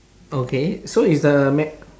okay so is the ma~